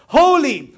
holy